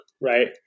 right